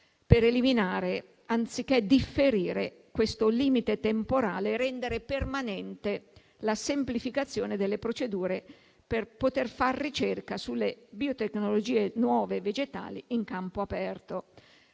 per eliminare, anziché differire, questo limite temporale e rendere permanente la semplificazione delle procedure per poter far ricerca sulle biotecnologie nuove vegetali in campo aperto.